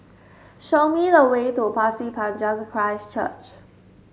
show me the way to Pasir Panjang Christ Church